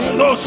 no